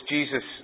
Jesus